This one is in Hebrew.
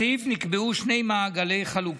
בסעיף נקבעו שני מעגלי חלוקה: